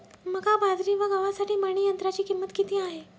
मका, बाजरी व गव्हासाठी मळणी यंत्राची किंमत किती आहे?